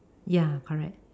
ya correct